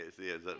Yes